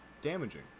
damaging